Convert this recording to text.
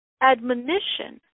admonition